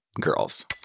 girls